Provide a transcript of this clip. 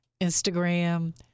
Instagram